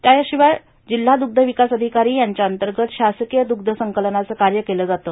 याशिवाय जिल्हा दुग्ध विकास अधिकारी यांच्या अंतर्गत शासकीय दुध संकलनाचं कार्य केलं जातं